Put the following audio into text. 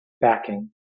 backing